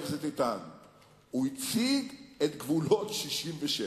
הוא הציג את גבולות 67',